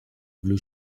blue